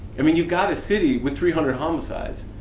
i mean, you've got a city with three hundred homicides,